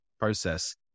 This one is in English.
process